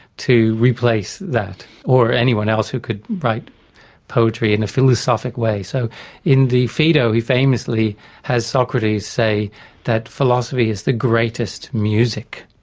to replace that, or anyone else who could write poetry in a philosophic way. so in the phaedo he famously has socrates say that philosophy is the greatest music,